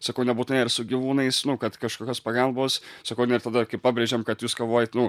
sakau nebūtinai ar su gyvūnais nu kad kažkokios pagalbos sakau na ir tada kai pabrėžėm kad jūs kovojat nu